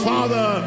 Father